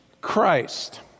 Christ